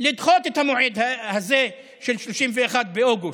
לדחות את המועד הזה של 31 באוגוסט,